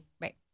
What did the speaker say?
Right